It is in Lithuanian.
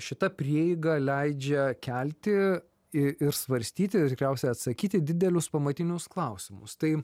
šita prieiga leidžia kelti i ir svarstyti ir tikriausiai atsakyti didelius pamatinius klausimus tai